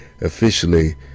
officially